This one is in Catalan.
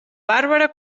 bàrbara